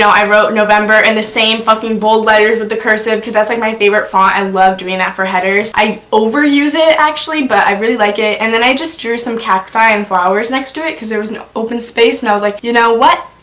i wrote november in the same f-ing bold letters with the cursive, because that's like my favorite font. i love doing that for headers. i overuse it, actually, but i really like it. and then i just drew some cacti and flowers next to it, because there was an open space, and i was like, you know what?